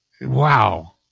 Wow